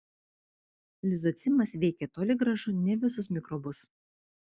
lizocimas veikė toli gražu ne visus mikrobus